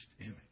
image